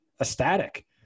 ecstatic